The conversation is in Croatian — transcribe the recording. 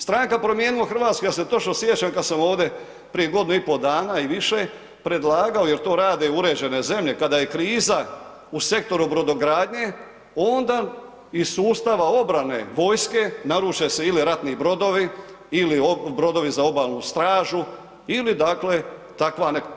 Stranka Promijenimo Hrvatsku ja se točno sjećam kada sam ovdje prije godinu i pol dana i više predlagao, jer to rade uređene zemlje kada je kriza u sektoru brodogradnje onda iz sustava obrane vojske naruče se ili ratni brodovi ili brodovi za obalnu stražu ili dakle takva neka.